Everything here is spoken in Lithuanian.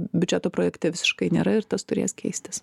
biudžeto projekte visiškai nėra ir tas turės keistis